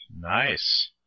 nice